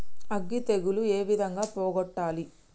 అగ్గి తెగులు ఏ విధంగా పోగొట్టాలి?